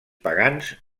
pagans